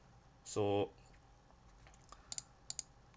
so